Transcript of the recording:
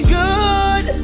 good